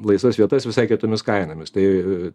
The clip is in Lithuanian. laisvas vietas visai kitomis kainomis tai